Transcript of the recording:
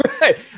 Right